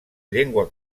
llengua